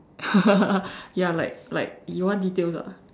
ya like like you want details ah